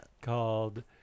called